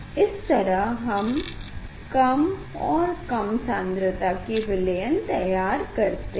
इस तरह हम कम और कम सान्द्रता के विलयन तैयार करते हैं